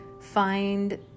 find